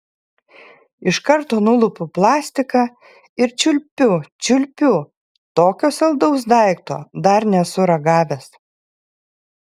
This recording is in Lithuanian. iš karto nulupu plastiką ir čiulpiu čiulpiu tokio saldaus daikto dar nesu ragavęs